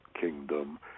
kingdom